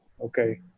Okay